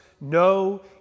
no